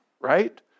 right